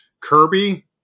Kirby